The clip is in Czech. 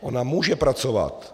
Ona může pracovat.